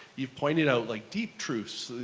you've pointed out like deep truths,